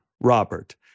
Robert